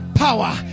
power